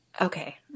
Okay